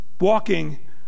Walking